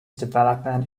development